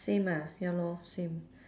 same ah ya lor same